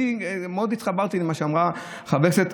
מאוד התחברתי למה שאמרה חברת הכנסת